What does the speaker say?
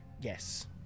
Yes